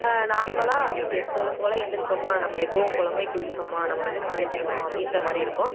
நார்மலா எப்போதும் போல் எந்திரித்தோமா நம்ம எப்பவும் போலவே குளித்தோமா நம்ம வந்து காலேஜ் போகிறோம் அப்படின்ற மாதிரி இருக்கும்